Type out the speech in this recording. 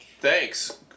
thanks